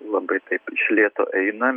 labai taip iš lėto eina